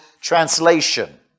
Translation